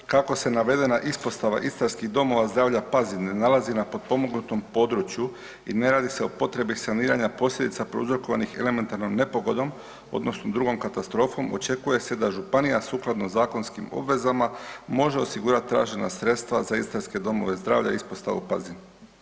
Kako se navedena ispostava Istarskih domova zdravlja Pazin ne nalazi na potpomognutom području i ne radi se o potrebi saniranja posljedica prouzrokovanih elementarnom nepogodom odnosno drugom katastrofom očekuje se da županije sukladno zakonskim obvezama može osigurati tražena sredstva za Istarske domove zdravlja, Ispostavu Pazin.